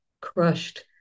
crushed